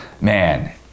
man